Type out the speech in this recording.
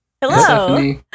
hello